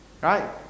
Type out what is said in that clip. right